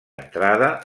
entrada